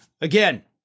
Again